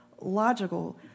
logical